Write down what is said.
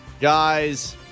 Guys